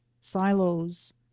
silos